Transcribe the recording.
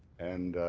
and